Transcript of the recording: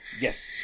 Yes